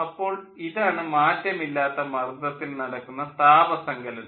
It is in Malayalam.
അപ്പോൾ ഇതാണ് മാറ്റമില്ലാത്ത മർദ്ദത്തിൽ നടക്കുന്ന താപസങ്കലനം